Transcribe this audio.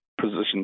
positions